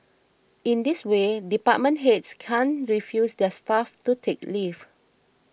in this way department heads can't refuse their staff to take leave